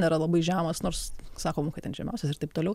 nėra labai žemas nors sakoma kad ten žemiausias ir taip toliau